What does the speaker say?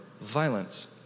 violence